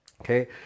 Okay